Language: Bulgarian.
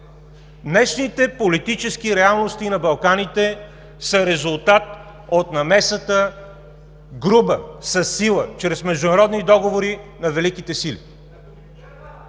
Днешните политически реалности на Балканите са резултат от намесата – груба, със сила, чрез международни договори, на Великите сили.